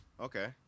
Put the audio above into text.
Okay